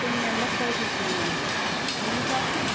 ten members wise ఇచ్చింది madam మీ class